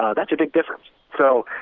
ah that's a big difference so